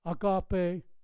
agape